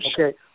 Okay